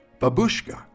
Babushka